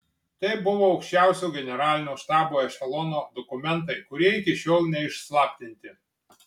tai buvo aukščiausio generalinio štabo ešelono dokumentai kurie iki šiol neišslaptinti